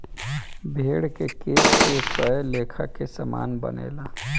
भेड़ के केश से कए लेखा के सामान बनेला